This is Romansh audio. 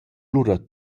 lura